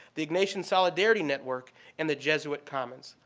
the ignatian solidarity network, and the jesuit commons.